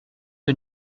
que